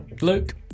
Luke